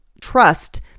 trust